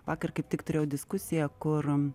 vakar kaip tik turėjau diskusiją kur